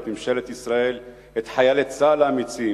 את ממשלת ישראל ואת חיילי צה"ל האמיצים,